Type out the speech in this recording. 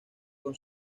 con